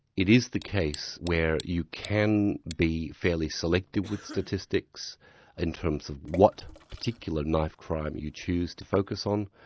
it is the case where you can be fairly selective with statistics in terms of what particular knife crime you choose to focus on,